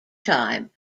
time